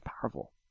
powerful